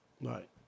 Right